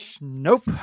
Nope